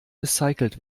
recycelt